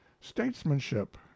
statesmanship